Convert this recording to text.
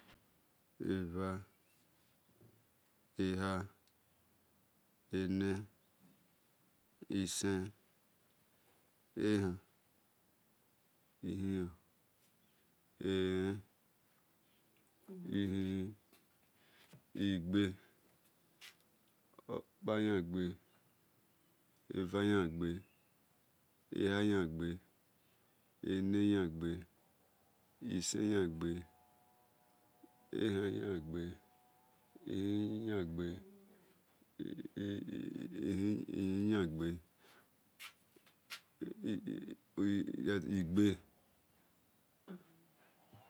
Eva, eha, ene, isen, ehan, ihenor, ehen-hen, ihini, igbe, okpa-yan-igbe, eva-yan-igbe eha-yan-igbe ene-yan-igbe, isen-yan-igbe, ehan-yan-igbe, ihinor-yan-igbe, elen-hen yan-igbe, ihini-yan igbe